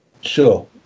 Sure